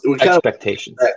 Expectations